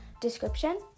description